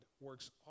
works